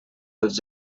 dels